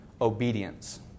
obedience